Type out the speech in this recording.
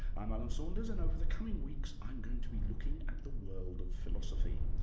i'm alan saunders and over the coming weeks i'm going to be looking at the world of philosophy,